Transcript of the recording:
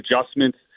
adjustments